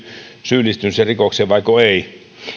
syyllistynyt siihen rikokseen vaiko ei